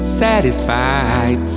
satisfied